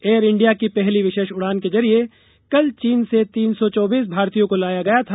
air India की पहली विशेष उड़ान के जरिए कल चीन से तीन सौ चौबीस भारतीयों को लाया गया था